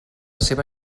seva